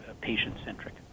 patient-centric